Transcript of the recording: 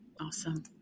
Awesome